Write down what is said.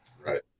Right